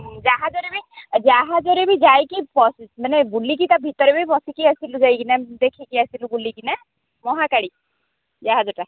ଜାହାଜରେ ବି ଜାହାଜରେ ବି ଯାଇକି ମାନେ ବୁଲିକି ତା' ଭିତରେ ବି ବସିକି ଆସିଲୁ ଯାଇକିନା ଦେଖିକି ଆସିଲୁ ବୁଲିକିନା ମହାକାଳୀ ଜାହାଜଟା